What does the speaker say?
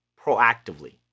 proactively